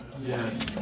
Yes